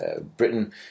Britain